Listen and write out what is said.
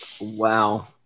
Wow